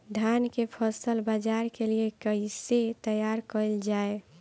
धान के फसल बाजार के लिए कईसे तैयार कइल जाए?